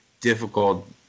difficult